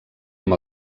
amb